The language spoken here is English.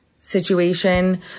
situation